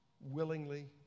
willingly